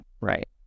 right